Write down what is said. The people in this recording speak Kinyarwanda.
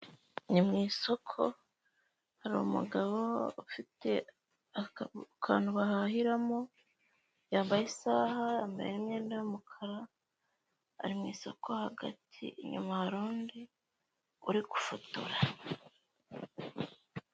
Ni mu isoko, hari umugabo ufite akantu bahahiramo, yambaye isaha, yambaye n'imyenda y'umukara, ari mu isoko hagati, inyuma hari undi uri gufotora.